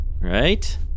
right